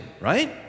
right